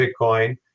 Bitcoin